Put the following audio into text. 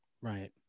Right